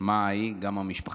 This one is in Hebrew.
גם המשפחה שלך פה,